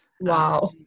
wow